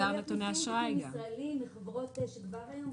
יש את מאגר נתוני האשראי גם.